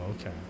okay